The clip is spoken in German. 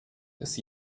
ist